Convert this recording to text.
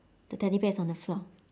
the teddy bear is on the floor